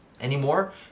anymore